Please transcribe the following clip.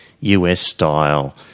US-style